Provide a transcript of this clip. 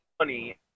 money